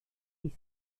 dies